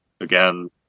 again